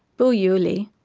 bu yuli,